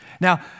Now